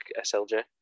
SLJ